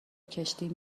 کشتیم